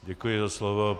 Děkuji za slovo.